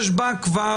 יש בה כבר